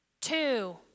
Two